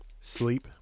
sleep